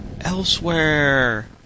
elsewhere